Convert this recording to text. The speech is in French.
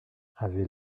avait